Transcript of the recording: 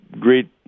great